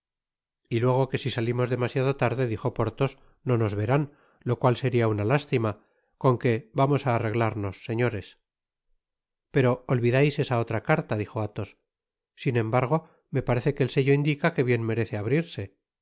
y luego que si salimos demasiado tarde dijo portho no nos verán lo cual seria una lástima con que vamos á arreglarnos señores pero olvidais esa otra carta dijo athos sin embargo me parece que el sello indica que bien merece abrirse por